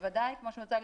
בוודאי כמו שהוצג,